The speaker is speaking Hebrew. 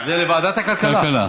זה לוועדת הכלכלה.